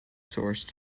sourced